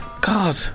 God